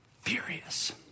furious